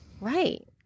Right